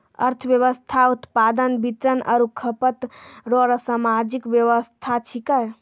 अर्थव्यवस्था उत्पादन वितरण आरु खपत रो सामाजिक वेवस्था छिकै